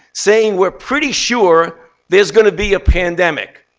saying we're pretty sure there's going to be a pandemic.